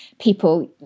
people